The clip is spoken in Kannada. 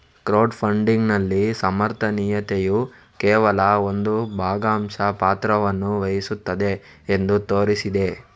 ಕ್ರೌಡ್ ಫಂಡಿಗಿನಲ್ಲಿ ಸಮರ್ಥನೀಯತೆಯು ಕೇವಲ ಒಂದು ಭಾಗಶಃ ಪಾತ್ರವನ್ನು ವಹಿಸುತ್ತದೆ ಎಂದು ತೋರಿಸಿದೆ